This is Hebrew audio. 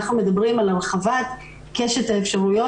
אנחנו מדברים על הרחבת קשת האפשרויות